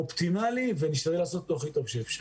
אופטימלי ונשתדל לעשות אותו הכי טוב שאפשר.